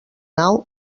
nau